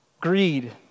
Greed